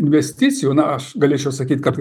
investicijų na aš galėčiau sakyt kad